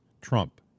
Trump